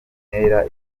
bintera